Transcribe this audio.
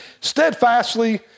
steadfastly